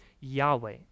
Yahweh